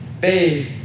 babe